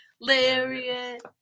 Lariat